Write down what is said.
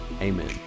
Amen